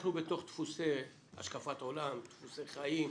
אנחנו בתוך דפוסי השקפת עולם, דפוסי חיים,